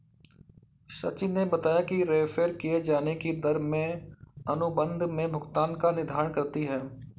सचिन ने बताया कि रेफेर किये जाने की दर में अनुबंध में भुगतान का निर्धारण करती है